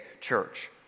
church